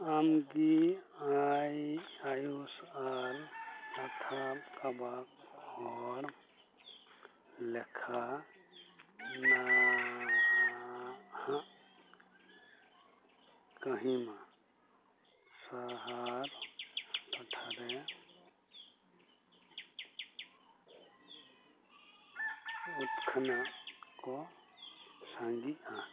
ᱟᱢᱜᱮ ᱟᱭ ᱟᱣᱩᱥ ᱟᱨ ᱞᱳᱛᱷᱟᱞ ᱠᱚᱣᱟᱜ ᱦᱚᱲ ᱞᱮᱠᱷᱟ ᱱᱟᱦᱟᱸᱜ ᱠᱳᱦᱤᱢᱟ ᱥᱟᱦᱟᱨ ᱴᱚᱴᱷᱟᱨᱮ ᱡᱷᱚᱛᱚ ᱠᱷᱚᱱᱟᱜ ᱠᱚ ᱥᱟᱸᱜᱮᱜᱼᱟ